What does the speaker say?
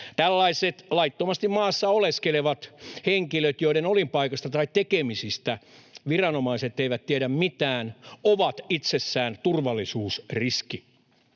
Tällaiset laittomasti maassa oleskelevat henkilöt, joiden olinpaikasta tai tekemisistä viranomaiset eivät tiedä mitään, ovat itsessään turvallisuusriski.